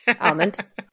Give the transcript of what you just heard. almond